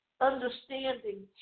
understanding